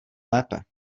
lépe